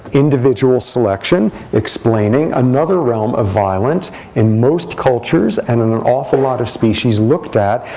individual selection, explaining another realm of violence in most cultures, and in an awful lot of species looked at,